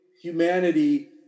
humanity